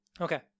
Okay